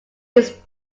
its